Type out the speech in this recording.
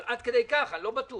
אבל עד כדי כך אני לא בטוח,